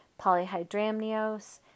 polyhydramnios